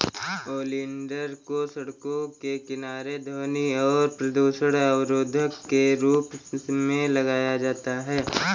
oleander को सड़कों के किनारे ध्वनि और प्रदूषण अवरोधक के रूप में लगाया जाता है